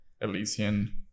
Elysian